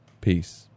Peace